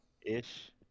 Ish